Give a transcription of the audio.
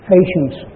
Patience